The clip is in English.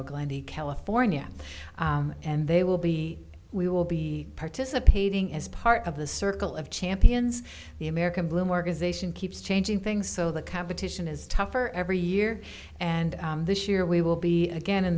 glendale california and they will be we will be participating as part of the circle of champions the american blue organization keeps changing things so the competition is tougher every year and this year we will be again in